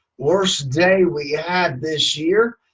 worst day we had this year,